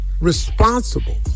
responsible